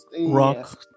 rock